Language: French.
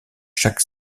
chaque